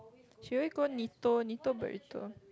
she always go Neato Neato burrito